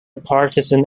partisan